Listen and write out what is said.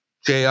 JR